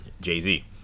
jay-z